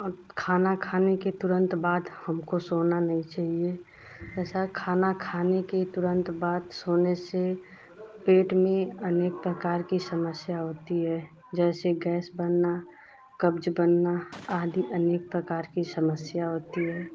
और खाना खाने के तुरंत बाद हमको सोना नहीं चाहिए जैसा खाना खाने के तुरंत बाद सोने से पेट में अनेक प्रकार की समस्या होती है जैसे गएस बनना कब्ज़ बनना आदि अनेक प्रकार की समस्या होती है